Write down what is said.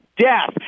death